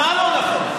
מה לא נכון?